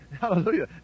hallelujah